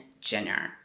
Jenner